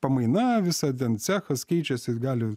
pamaina visa ten cechas keičiasi jis gali